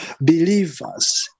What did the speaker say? believers